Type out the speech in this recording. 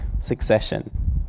succession